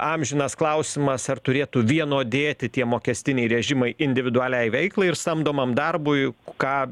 amžinas klausimas ar turėtų vienodėti tie mokestiniai režimai individualiai veiklai ir samdomam darbui ką